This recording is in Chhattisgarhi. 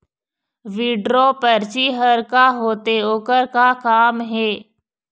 विड्रॉ परची हर का होते, ओकर का काम हे?